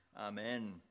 Amen